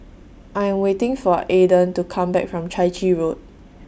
I'm waiting For Aidan to Come Back from Chai Chee Road